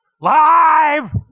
Live